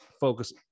focus